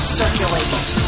circulate